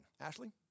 Ashley